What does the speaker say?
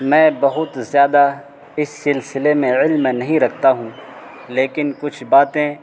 میں بہت زیادہ اس سلسلے میں علم نہیں رکھتا ہوں لیکن کچھ باتیں